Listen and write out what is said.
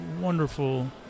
wonderful